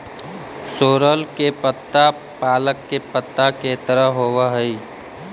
सोरल के पत्ता पालक के पत्ता के तरह होवऽ हई